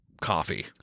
coffee